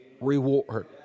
reward